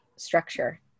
structure